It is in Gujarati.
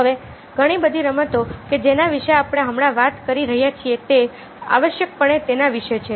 હવે ઘણી બધી રમતો કે જેના વિશે આપણે હમણાં વાત કરી રહ્યા છીએ તે આવશ્યકપણે તેના વિશે છે